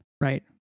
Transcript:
Right